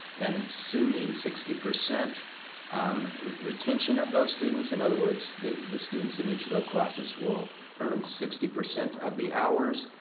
and then so assuming sixty percent retention of those students. in other words, the the students in each of those classes will earn sixty percent of the hours.